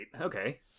Okay